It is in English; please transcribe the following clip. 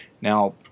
Now